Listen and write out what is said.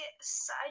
side